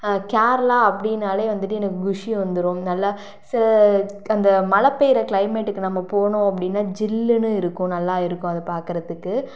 கேரளா அப்படின்னாலே வந்துவிட்டு எனக்கு குஷி வந்துரும் நல்லா அந்த மழை பெய்யிற கிளைமேட்டுக்கு நம்ம போனோம் அப்படின்னா ஜில்லுன்னு இருக்கும் நல்லா இருக்கும் அதை பார்க்குறதுக்கு